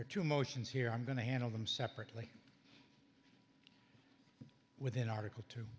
or two motions here i'm going to handle them separately with an article to